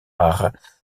haar